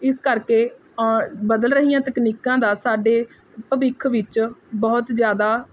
ਇਸ ਕਰਕੇ ਬਦਲ ਰਹੀਆਂ ਤਕਨੀਕਾਂ ਦਾ ਸਾਡੇ ਭਵਿੱਖ ਵਿੱਚ ਬਹੁਤ ਜਿਆਦਾ